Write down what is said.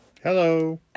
Hello